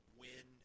win